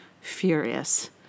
furious